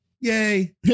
yay